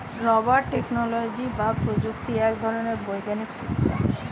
rubber technology বা প্রযুক্তি এক ধরনের বৈজ্ঞানিক শিক্ষা